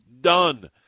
done